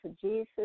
Jesus